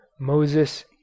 Moses